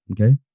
Okay